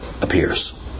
appears